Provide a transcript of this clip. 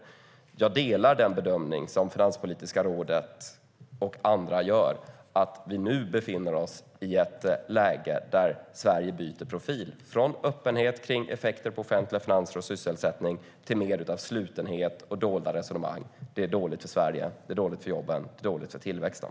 Jag delar den bedömning som Finanspolitiska rådet och andra gör: att vi nu befinner oss i ett läge där Sverige byter profil från öppenhet kring effekter på offentliga finanser och sysselsättning till mer av slutenhet och dolda resonemang. Det är dåligt för Sverige. Det är dåligt för jobben och tillväxten.